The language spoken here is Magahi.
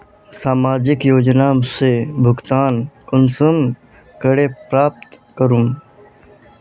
सामाजिक योजना से भुगतान कुंसम करे प्राप्त करूम?